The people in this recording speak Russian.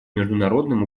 международным